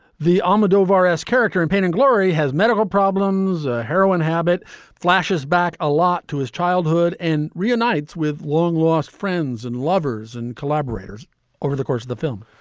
the almodovar's character in pain and glory has medical problems, a heroin habit flashes back a lot to his childhood and reunites with long lost friends and lovers and collaborators over the course of the film,